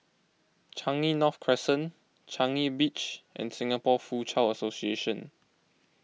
Changi North Crescent Changi Beach and Singapore Foochow Association